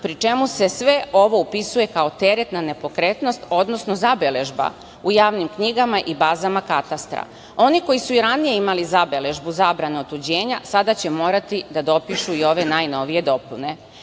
pri čemu se sve ovo upisuje kao teret na nepokretnost, odnosno zabeležba u javnim knjigama i bazama katastra. Oni koji su ranije imali zabeležbu zabranu otuđenja sada će morati da dopišu i ove najnovije